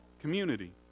community